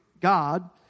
God